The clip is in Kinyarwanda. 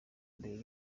imbere